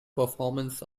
performance